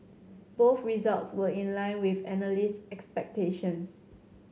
both results were in line with analyst expectations